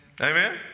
Amen